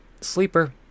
Sleeper